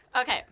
Okay